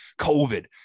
COVID